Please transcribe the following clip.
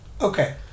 okay